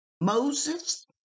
Moses